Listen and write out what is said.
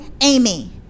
Amy